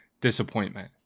disappointment